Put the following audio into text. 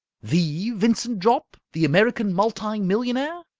the vincent jopp? the american multi-millionaire?